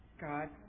God